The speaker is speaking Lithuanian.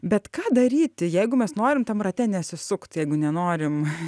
bet ką daryti jeigu mes norim tam rate nesisukti jeigu nenorim